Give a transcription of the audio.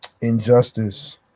injustice